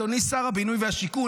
אדוני שר הבינוי והשיכון,